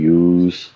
use